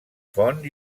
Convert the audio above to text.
font